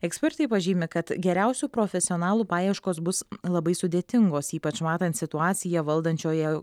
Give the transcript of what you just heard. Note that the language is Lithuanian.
ekspertai pažymi kad geriausių profesionalų paieškos bus labai sudėtingos ypač matant situaciją valdančioje